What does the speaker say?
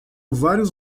vários